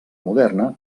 moderna